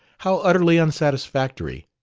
how utterly unsatisfactory!